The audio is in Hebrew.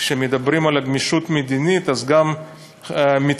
כשמדברים על גמישות מדינית גם מתכוונים